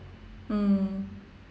mm